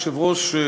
היושב-ראש,